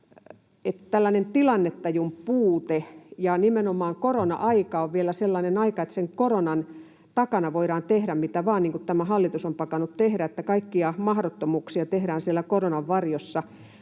tällainen tilannetajun puute, ja nimenomaan korona-aika on vielä sellainen aika, että sen koronan takana voidaan tehdä mitä vain, niin kuin tämä hallitus on pakannut tekemään, että kaikkia mahdottomuuksia tehdään siellä koronan varjossa.